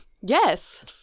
Yes